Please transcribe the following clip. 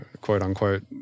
quote-unquote